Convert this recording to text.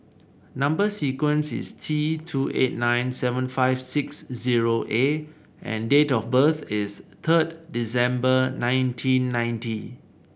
number sequence is T two eight nine seven five six zero A and date of birth is third December nineteen ninety